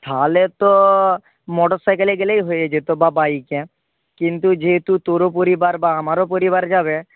তাহলে তো মোটর সাইকেলে গেলেই হয়ে যেত বা বাইকে কিন্তু যেহেতু তোরও পরিবার বা আমারও পরিবার যাবে